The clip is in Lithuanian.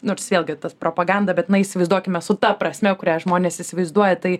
nors vėlgi tas propaganda bet na įsivaizduokime su ta prasmė kurią žmonės įsivaizduoja tai